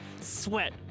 sweat